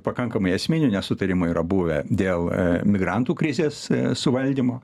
pakankamai esminių nesutarimų yra buvę dėl migrantų krizės suvaldymo